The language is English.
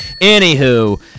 Anywho